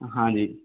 हाँ जी